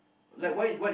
I don't get it